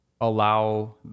allow